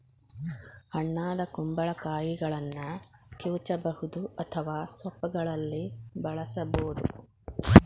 ಹಣ್ಣಾದ ಕುಂಬಳಕಾಯಿಗಳನ್ನ ಕಿವುಚಬಹುದು ಅಥವಾ ಸೂಪ್ಗಳಲ್ಲಿ ಬಳಸಬೋದು